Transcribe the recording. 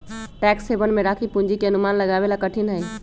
tax haven में राखी पूंजी के अनुमान लगावे ला कठिन हई